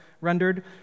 rendered